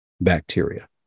bacteria